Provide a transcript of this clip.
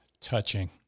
Touching